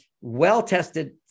well-tested